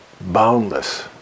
boundless